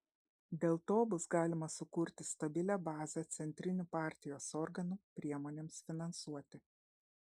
dėl to bus galima sukurti stabilią bazę centrinių partijos organų priemonėms finansuoti